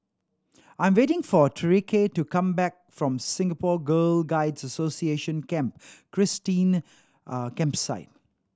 I am waiting for Tyreke to come back from Singapore Girl Guides Association Camp Christine Campsite